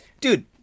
dude